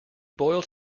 boiled